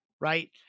Right